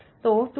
तो 2α 6